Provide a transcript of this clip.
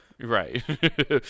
Right